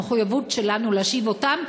המחויבות שלנו היא להשיב אותם,